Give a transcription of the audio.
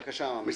בבקשה, עמי דהן.